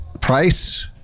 price